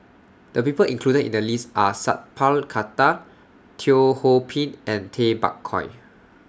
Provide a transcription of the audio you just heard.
The People included in The list Are Sat Pal Khattar Teo Ho Pin and Tay Bak Koi